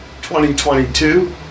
2022